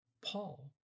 Paul